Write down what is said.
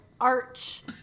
arch